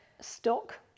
stock